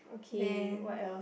then